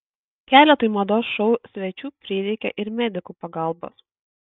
keletui mados šou svečių prireikė ir medikų pagalbos